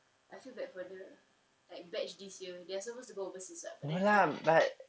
I feel bad for the like batch this year they're supposed to go overseas but then COVID